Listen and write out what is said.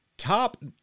top